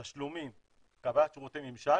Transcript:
תשלומים, קבלת שירותי ממשל